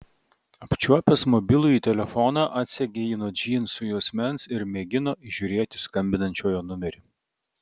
apčiuopęs mobilųjį telefoną atsegė jį nuo džinsų juosmens ir mėgino įžiūrėti skambinančiojo numerį